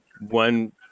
one